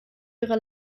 ihre